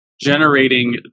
generating